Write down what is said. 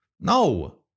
no